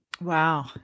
Wow